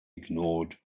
ignored